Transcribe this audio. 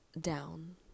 down